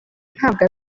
ntabwo